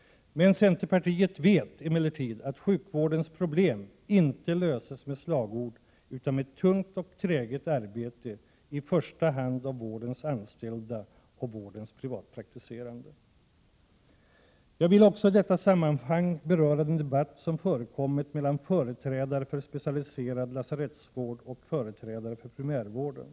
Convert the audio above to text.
Men vi i centerpartiet vet att sjukvårdens problem inte löses med slagord utan med tungt och träget arbete, i första hand av vårdens anställda och vårdens privatpraktiserande. Vidare vill jag i detta sammanhang beröra den debatt som har förekommit mellan företrädare för specialiserad lasarettsvård och företrädare för primärvården.